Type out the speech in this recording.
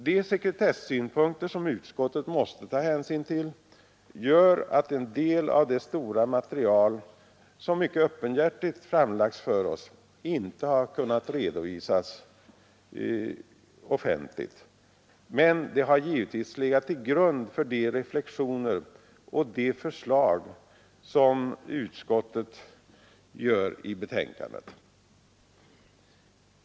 De sekretessynpunkter som utskottet måste ta hänsyn till gör att en del av det stora material som mycket öppenhjärtligt framlagts för oss inte har kunnat redovisas, men det har givetvis legat till grund för de reflexioner och de förslag som utskottet gör i betänkandet.